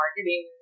Marketing